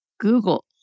Google